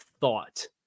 thought